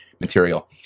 material